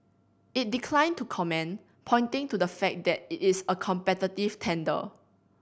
it declined to comment pointing to the fact that it is a competitive tender